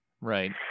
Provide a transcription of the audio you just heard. Right